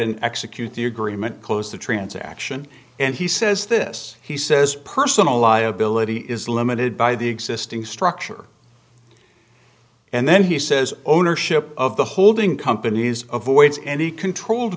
and execute the agreement close the transaction and he says this he says personal liability is limited by the existing structure and then he says ownership of the holding companies avoids any control